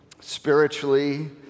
spiritually